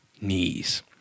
knees